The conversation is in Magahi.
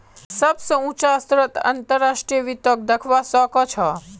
सबस उचा स्तरत अंतर्राष्ट्रीय वित्तक दखवा स ख छ